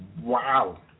Wow